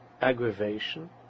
aggravation